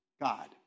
God